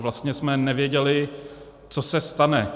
Vlastně jsme nevěděli, co se stane.